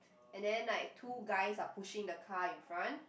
and then like two guys are pushing the car in front